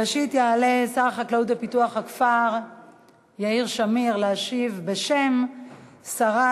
אבל ראשית יעלה שר החקלאות ופיתוח הכפר יאיר שמיר להשיב בשם שרת